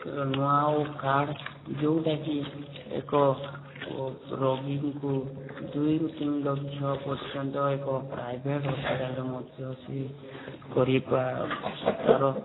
ନୂଆ ଓ କାର୍ଡ଼ ଯେଉଁଟାକି ଏକ ରୋଗୀଙ୍କୁ ଦୁଇରୁ ତିନି ଲକ୍ଷ ପର୍ଯ୍ୟନ୍ତ ଏକ ପ୍ରାଇଭେଟ୍ ହସ୍ପିଟାଲରେ ମଧ୍ୟ ସେ କରି ତା'ର